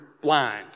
blind